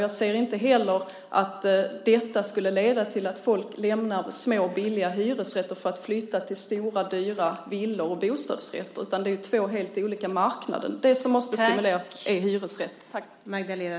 Jag ser inte heller att detta skulle leda till att folk lämnade små, billiga hyresrätter för att flytta till stora, dyra villor och bostadsrätter. Det är två helt olika marknader. Det som måste stimuleras är hyresrätterna.